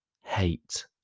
hate